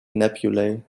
nebulae